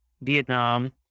Vietnam